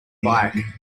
bike